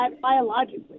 biologically